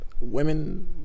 Women